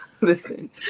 Listen